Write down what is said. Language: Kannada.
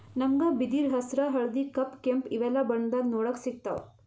ನಮ್ಗ್ ಬಿದಿರ್ ಹಸ್ರ್ ಹಳ್ದಿ ಕಪ್ ಕೆಂಪ್ ಇವೆಲ್ಲಾ ಬಣ್ಣದಾಗ್ ನೋಡಕ್ ಸಿಗ್ತಾವ್